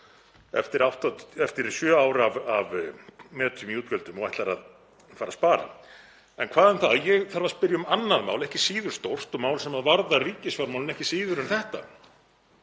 eftir sjö ár af metum í útgjöldum, og ætlar að fara að spara. En hvað um það, ég þarf að spyrja um annað mál, ekki síður stórt mál sem varðar ríkisfjármálin ekki síður en þetta,